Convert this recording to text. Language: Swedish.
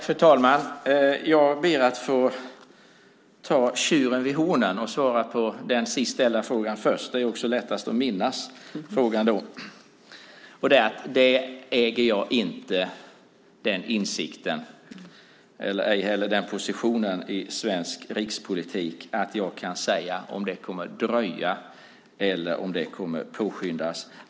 Fru talman! Jag ber att få ta tjuren vid hornen och svara på den sist ställda frågan först. Det är också lättast att minnas frågan då. Jag äger inte den insikten, ej heller den positionen, i svensk rikspolitik att jag kan säga om det kommer att dröja eller om det kommer att påskyndas.